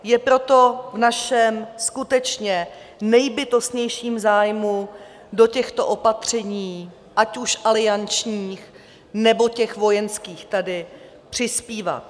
Je proto v našem skutečně nejbytostnějším zájmu do těchto opatření, ať už aliančních, nebo těch vojenských, tady přispívat.